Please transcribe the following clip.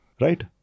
Right